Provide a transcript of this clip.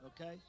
okay